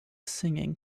singing